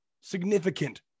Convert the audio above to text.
significant